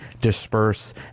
disperse